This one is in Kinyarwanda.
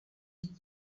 nyuma